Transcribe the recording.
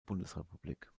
bundesrepublik